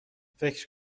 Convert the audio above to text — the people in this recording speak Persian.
فکر